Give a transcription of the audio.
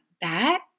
back